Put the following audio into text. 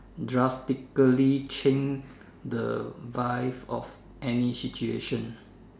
drastically change the vibe of any situation